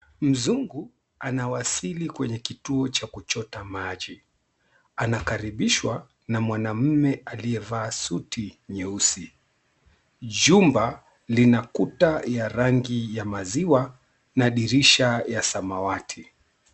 Mzungu anawasili kwenye kituo cha kuchota maji. Anakaribishwa na mwanamme aliyevaa suti nyeusi. Jumba lina kuta ya rangi ya maziwa na dirisha ya samawati.